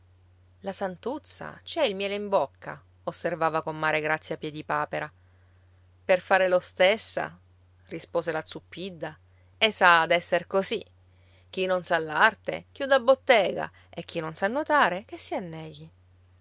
la santuzza ci ha il miele in bocca osservava comare grazia piedipapera per fare l'ostessa rispose la zuppidda e s'ha ad essere così chi non sa l'arte chiuda bottega e chi non sa nuotare che si anneghi